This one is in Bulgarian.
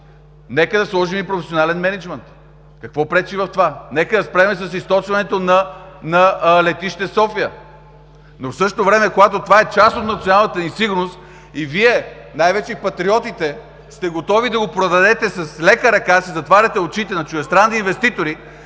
нека да сложим и професионален мениджмънт. Какво пречи в това? Нека да спрем с източването на Летище София. Но в същото време, когато това е част от националната ни сигурност и Вие, най-вече патриотите, сте готови да си затваряте очите, да го продадете с лека ръка на чуждестранни инвеститори,